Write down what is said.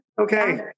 okay